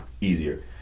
easier